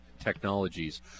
technologies